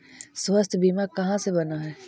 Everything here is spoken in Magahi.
स्वास्थ्य बीमा कहा से बना है?